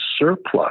surplus